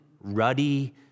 ruddy